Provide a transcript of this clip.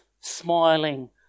smiling